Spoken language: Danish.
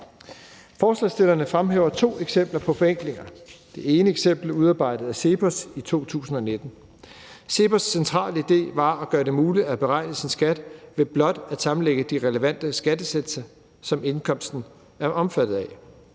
Forslagsstillerne fremhæver to eksempler på forenklinger. Det ene eksempel er udarbejdet af CEPOS i 2019. CEPOS' centrale idé var at gøre det muligt at beregne sin skat ved blot at sammenlægge de relevante skattesatser, som indkomsten er omfattet af.